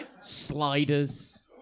Sliders